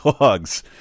dogs